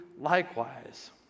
likewise